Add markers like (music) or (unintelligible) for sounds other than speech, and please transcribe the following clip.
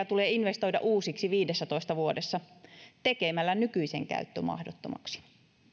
(unintelligible) tulee investoida uusiksi viidessätoista vuodessa tekemällä nykyisen käyttö mahdottomaksi